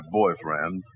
boyfriend